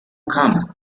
come